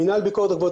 מינהל ביקורת הגבולות,